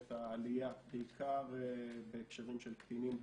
את העלייה בעיקר בהקשרים של קטינים,